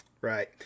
Right